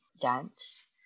dance